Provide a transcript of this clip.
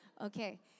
Okay